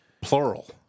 Plural